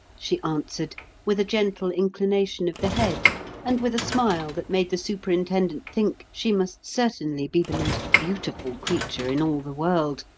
she answered with a gentle inclination of the head and with a smile that made the superintendent think she must certainly be the most beautiful creature in all the world,